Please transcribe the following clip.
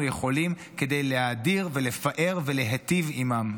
יכולים כדי להאדיר ולפאר ולהיטיב עימם.